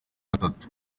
gatatu